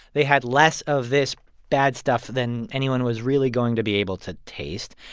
they had less of this bad stuff than anyone was really going to be able to taste.